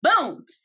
boom